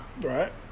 Right